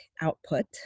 output